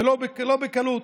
ולא בקלות,